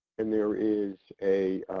and there is a